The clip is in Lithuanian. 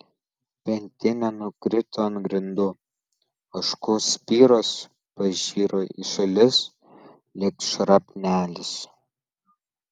pintinė nukrito ant grindų ožkų spiros pažiro į šalis lyg šrapnelis